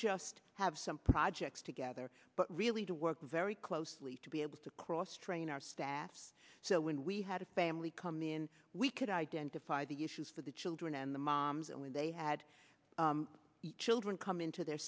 just have some projects together but really to work very closely to be able to cross train our staffs so when we had a family come in we could identify the issues for the children and the moms and when they had children come into their